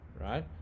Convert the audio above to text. right